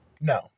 no